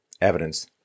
evidence